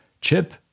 chip